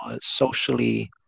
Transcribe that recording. socially